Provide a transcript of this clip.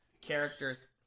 characters